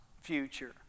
future